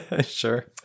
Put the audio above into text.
sure